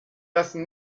lassen